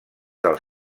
del